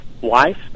wife